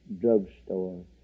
drugstore